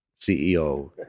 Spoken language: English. CEO